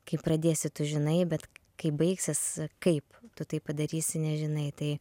kaip pradėsi tu žinai bet kaip baigsis kaip tu tai padarysi nežinai tai